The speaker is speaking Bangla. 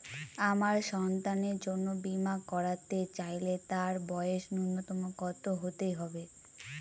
আমার সন্তানের জন্য বীমা করাতে চাইলে তার বয়স ন্যুনতম কত হতেই হবে?